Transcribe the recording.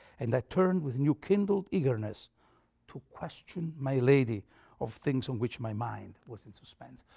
and i turned with new-kindled eagerness to question my lady of things in which my mind was in suspense.